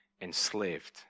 enslaved